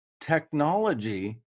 technology